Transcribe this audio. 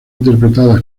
interpretada